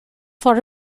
for